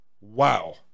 wow